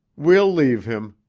we'll leave him,